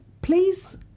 Please